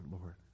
Lord